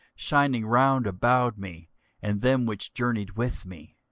shining round about me and them which journeyed with me.